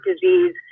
disease